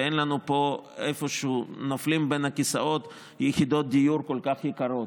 ולא איפשהו נופלות לנו פה בין הכיסאות יחידות דיור כל כך יקרות.